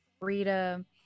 Rita